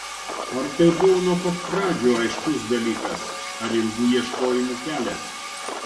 ar tai buvo nuo pat pradžių aiškus dalykas ar ilgų ieškojimų kelias